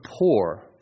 poor